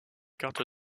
cartes